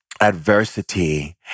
adversity